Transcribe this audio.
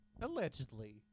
allegedly